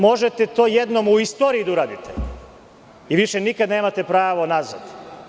Možete to jednom u istoriji da uradite i više nikada nemate pravo nazad.